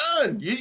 done